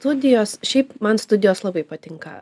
studijos šiaip man studijos labai patinka